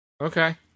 Okay